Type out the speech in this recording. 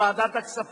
לוועדת הכספים.